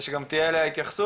כדי שגם תהיה אליה התייחסות?